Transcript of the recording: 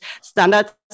standards